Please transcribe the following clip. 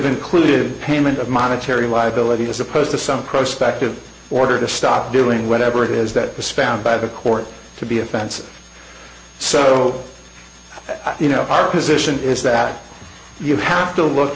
included payment of monetary liabilities as opposed to some prospective order to stop doing whatever it is that was found by the court to be offensive so you know our position is that you have to look